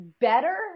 Better